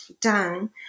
done